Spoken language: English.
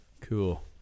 cool